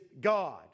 God